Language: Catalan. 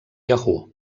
yahoo